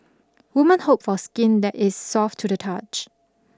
women hope for skin that is soft to the touch